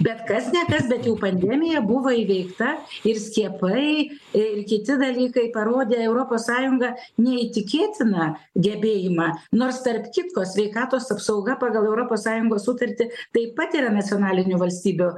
bet kas ne kas bet jau pandemija buvo įveikta ir skiepai ir kiti dalykai parodė europos sąjungą neįtikėtiną gebėjimą nors tarp kitko sveikatos apsauga pagal europos sąjungos sutartį taip pat yra nacionalinių valstybių